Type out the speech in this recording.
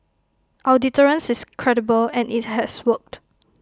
our deterrence is credible and IT has worked